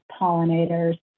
pollinators